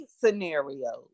scenarios